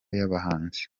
y’abahanzi